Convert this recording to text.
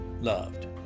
loved